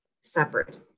separate